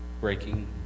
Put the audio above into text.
breaking